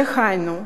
דהיינו,